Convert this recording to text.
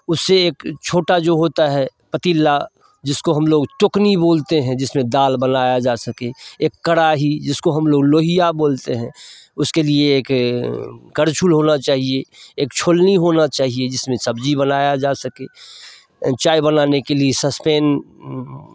उसे एक छोटा जो होता है पतीला जिसको हम लोग तुकनी बोलते हैं जिसमें दाल बनाया जा सके एक कड़ाही जिसको हम लोग लोहिया बोलते हैं उसके लिए एक कलछुल होना चाहिए एक छ्लनी होना चाहिए जिसमें सब्ज़ी बनाया जा सके चाय बनाने के लिए सस्पेन